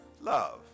love